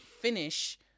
finish